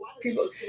people